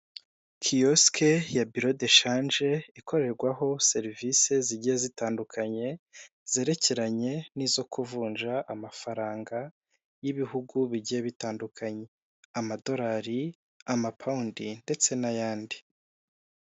Kiyosike ya biro de shanje ikorerwaho serivisi zigiye zitandukanye zerekeranye n'izo kuvunja amafaranga y'ibihugu bigiye bitandukanye amadorari, amapawundi ndetse n'ayandi.